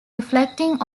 reflecting